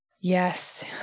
Yes